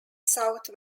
south